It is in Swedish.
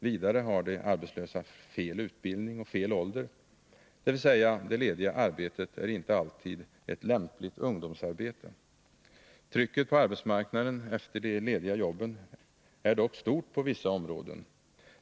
Vidare har de arbetslösa fel utbildning och fel ålder — dvs. det lediga arbetet är inte alltid ett lämpligt ungdomsarbete. Trycket på arbetsmarknaden efter de lediga jobben är dock stort på vissa områden.